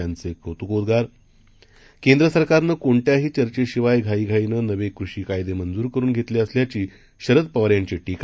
यांचेकौतुकोद्गार केंद्रसरकारनंकोणत्याहीचर्चेशिवायघाईघाईनंनवेकृषीकायदेमंजूरकरूनघेतलेअसल्याचीशरदपवारयांची टीका